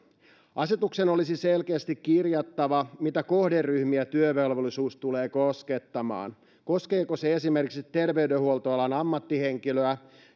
asetukseen olisi selkeästi kirjattava mitä kohderyhmiä työvelvollisuus tulee koskettamaan koskeeko se esimerkiksi terveydenhuoltoalan ammattihenkilöä